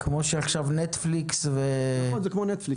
זה כמוש עכשיו "נטפליקס" ו"דיסני"